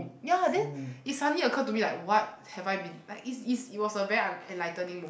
ya then it suddenly occurred to me like what have I been like is is it was a very en~ enlightening moment